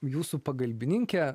jūsų pagalbininke